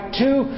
two